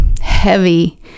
heavy